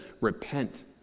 repent